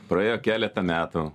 praėjo keleta metų